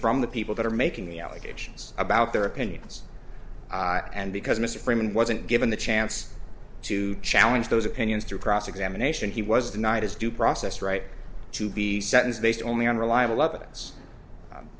from the people that are making the allegations about their opinions and because mr freeman wasn't given the chance to challenge those opinions through cross examination he was the night his due process rights to be sentenced based only on reliable evidence